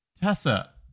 Tessa